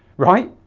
right?